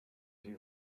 you